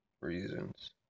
reasons